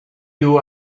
you